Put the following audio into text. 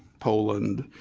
poland,